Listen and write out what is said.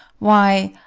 why